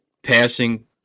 Passing